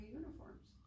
uniforms